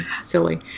silly